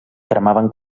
cremaven